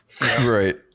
Right